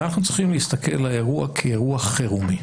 אנחנו צריכים להסתכל על האירוע כאירוע חירומי